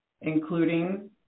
including